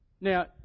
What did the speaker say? Now